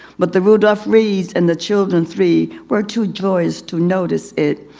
but the rudolph reeds and the children three were too joyous to notice it.